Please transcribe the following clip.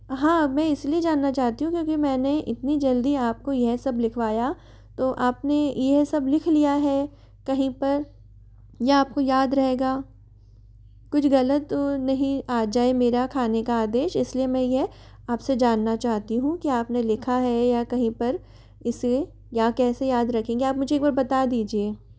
हाँ मैं इसलिए जानना चाहती हूँ क्योंकि मैंने इतनी जल्दी आपको यह सब लिखवाया तो आपने यह सब लिख लिया है कहीं पर या आपको याद रहेगा कुछ गलत नहीं आ जाए मेरा खाने का आदेश इसलिए मैं यह आपसे जानना चाहती हूँ कि आपने लिखा है या कहीं पर इसे या कैसे याद रखेंगे आप मुझे एक बार बता दीजिए